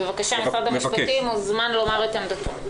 בבקשה, משרד המשפטים מוזמן לומר את עמדתו.